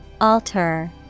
Alter